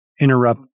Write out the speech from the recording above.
interrupt